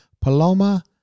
Paloma